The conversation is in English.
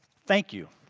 thank you.